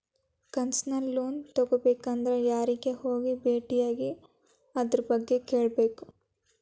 Concessional loan ತಗೊಬೇಕಂದ್ರ ಯಾರಿಗೆ ಹೋಗಿ ಬೆಟ್ಟಿಯಾಗಿ ಅದರ್ಬಗ್ಗೆ ಕೇಳ್ಬೇಕು?